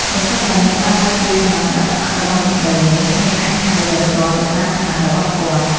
ប្រសិនបើអ្នកបានដឹងពីឋានន្តរសក្ដិរបស់មន្ត្រីនោះ អ្នកអាចហៅដោយផ្ទាល់ទៅតាមឋានៈរបស់គាត់។